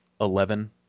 eleven